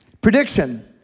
Prediction